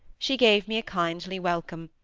she gave me a kindly welcome,